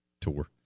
tour